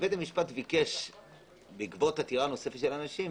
ובית המשפט ביקש בעקבות עתירה נוספת של אנשים,